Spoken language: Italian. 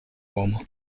uomo